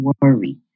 worry